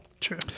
True